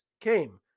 came